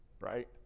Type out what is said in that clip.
right